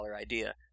idea